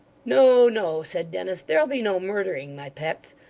no, no said dennis, there'll be no murdering, my pets.